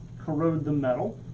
corrode the metal.